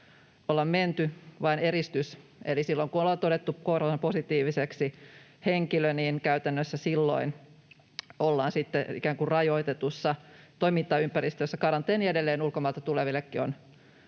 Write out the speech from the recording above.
olla menty. On vain eristys, eli silloin kun henkilö ollaan todettu koronapositiiviseksi, niin käytännössä ollaan sitten ikään kuin rajoitetussa toimintaympäristössä. Karanteeni edelleen ulkomailta tulevillekin on